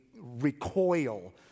recoil